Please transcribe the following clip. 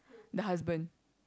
the husband